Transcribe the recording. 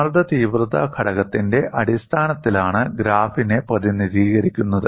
സമ്മർദ്ദ തീവ്രത ഘടകത്തിന്റെ അടിസ്ഥാനത്തിലാണ് ഗ്രാഫിനെ പ്രതിനിധീകരിക്കുന്നത്